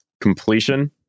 completion